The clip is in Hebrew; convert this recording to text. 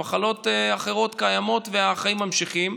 מחלות אחרות קיימות והחיים ממשיכים.